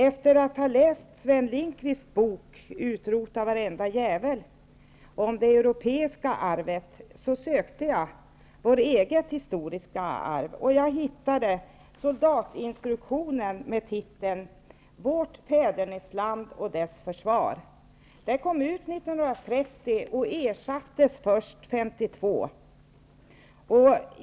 Efter att ha läst Sven Lindqvists bok Utrota varenda jävel om det europeiska arvet, sökte jag vårt eget historiska arv. Jag hittade soldatinstruktionen med titeln Vårt fädernesland och dess försvar. Instruktionen kom ut 1930 och ersattes först 1952.